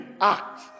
act